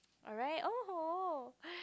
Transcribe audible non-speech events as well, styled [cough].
alright [noise]